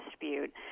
dispute